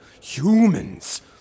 humans